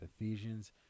Ephesians